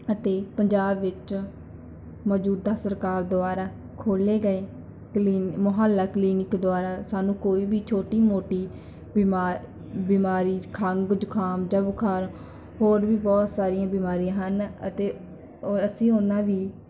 ਅਤੇ ਪੰਜਾਬ ਵਿੱਚ ਮੌਜੂਦਾ ਸਰਕਾਰ ਦੁਆਰਾ ਖੋਲ੍ਹੇ ਗਏ ਕਲੀਨ ਮੁਹੱਲਾ ਕਲੀਨਿਕ ਦੁਆਰਾ ਸਾਨੂੰ ਕੋਈ ਵੀ ਛੋਟੀ ਮੋਟੀ ਬਿਮਾਰ ਬਿਮਾਰੀ ਖੰਘ ਜ਼ੁਕਾਮ ਜਾਂ ਬੁਖਾਰ ਹੋਰ ਵੀ ਬਹੁਤ ਸਾਰੀਆਂ ਬਿਮਾਰੀਆਂ ਹਨ ਅਤੇ ਅ ਅਸੀਂ ਉਹਨਾਂ ਦੀ